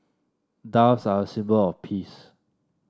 doves are a symbol of peace